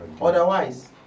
otherwise